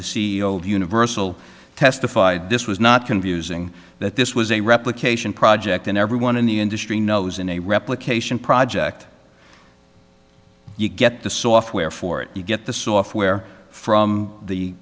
of universal testified this was not confusing that this was a replication project and everyone in the industry knows in a replication project you get the software for it you get the software from the